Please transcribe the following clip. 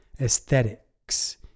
aesthetics